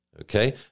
Okay